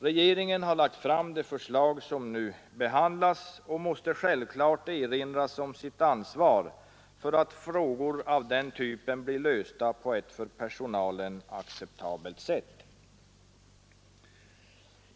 Regeringen har lagt fram ett förslag som nu behandlas och måste givetvis erinras om sitt ansvar för att frågor av den typen blir lösta på ett för personalen acceptabelt sätt.